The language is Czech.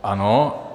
Ano.